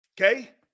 Okay